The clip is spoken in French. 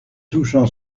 touchant